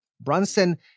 brunson